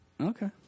Okay